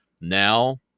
Now